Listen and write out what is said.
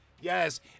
Yes